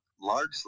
largely